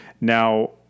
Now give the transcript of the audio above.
now